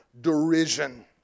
derision